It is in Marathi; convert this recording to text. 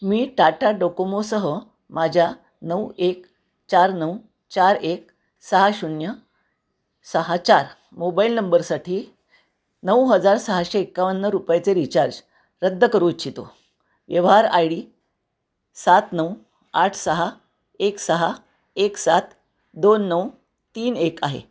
मी टाटा डोकोमोसह माझ्या नऊ एक चार नऊ चार एक सहा शून्य सहा चार मोबाईल नंबरसाठी नऊ हजार सहाशे एकावन्न रुपयाचे रिचार्ज रद्द करू इच्छितो व्यवहार आय डी सात नऊ आठ सहा एक सहा एक सात दोन नऊ तीन एक आहे